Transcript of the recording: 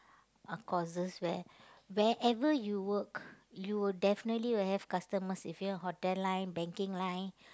are courses where wherever you work you will definitely will have customers if you are hotel line banking line